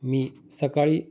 मी सकाळी